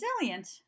resilient